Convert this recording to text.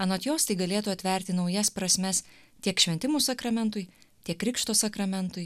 anot jos tai galėtų atverti naujas prasmes tiek šventimų sakramentui tiek krikšto sakramentui